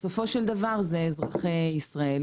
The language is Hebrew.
בסופו של דבר זה אזרחי ישראל.